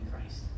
Christ